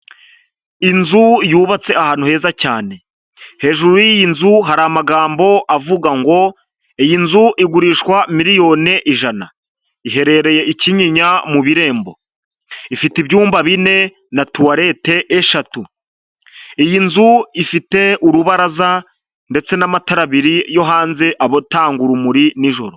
Inzu yubatse ahantu heza cyane, hejuru y'iyi nzu hari amagambo avuga ngo iyi nzu igurishwa miliyoni ijana, iherereye i Kinyinya mu Birembo, ifite ibyumba bine na tuwarete eshatu, iyi nzu ifite urubaraza ndetse n'amatara abiri yo hanze, aba atanga urumuri nijoro.